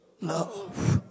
love